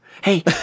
Hey